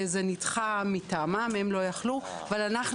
זה נדחה מטעמם, הם לא יכלו, אבל אנחנו